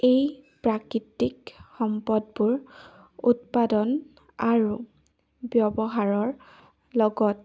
এই প্ৰাকৃতিক সম্পদবোৰ উৎপাদন আৰু ব্যৱহাৰৰ লগত